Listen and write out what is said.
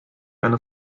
eine